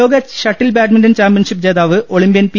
ലോക shuttle badminton championship ജേതാവ് Olympian P